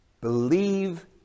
Believe